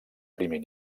primer